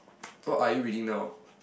what are you reading now